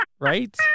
right